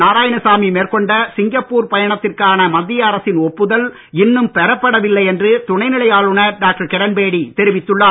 நாராயணசாமி மேற்கொண்ட சிங்கப்பூர் பயணத்திற்கான மத்திய அரசின் ஒப்புதல் இன்னும் பெறப்படவில்லை என்று துணைநிலை ஆளுநர் டாக்டர் கிரண்பேடி தெரிவித்துள்ளார்